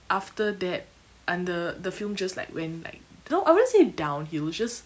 after that and the the film just like went like no I wouldn't say downhill it's just